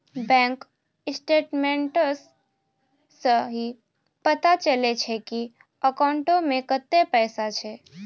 bank statements सं ही पता चलै छै की अकाउंटो मे कतै पैसा छै